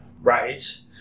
right